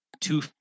two